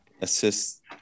assist